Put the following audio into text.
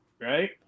right